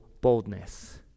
boldness